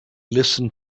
listened